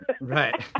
Right